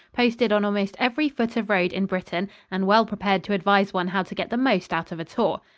posted on almost every foot of road in britain and well prepared to advise one how to get the most out of a tour.